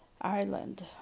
Ireland